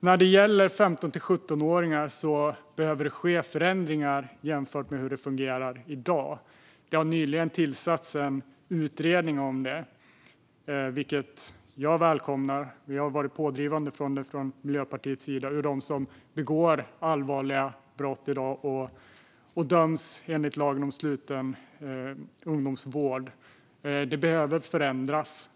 När det gäller 15-17-åringar behöver det ske förändringar jämfört med hur det fungerar i dag. Det har nyligen tillsatts en utredning om det, vilket jag välkomnar. Vi har varit pådrivande för det från Miljöpartiets sida när det gäller dem som begår allvarliga brott i dag och döms enligt lagen om sluten ungdomsvård. Det behöver förändras.